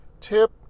Tip